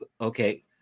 okay